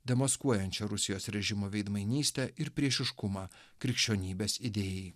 demaskuojančia rusijos režimo veidmainystę ir priešiškumą krikščionybės idėjai